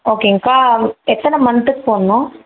ஓகேங்க்கா எத்தனை மந்த்துக்கு போடணும்